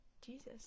jesus